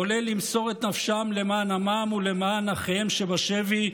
כולל למסור את נפשם למען עמם ולמען אחיהם שבשבי,